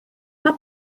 mae